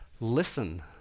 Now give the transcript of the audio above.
listen